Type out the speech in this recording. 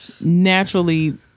naturally